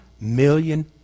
million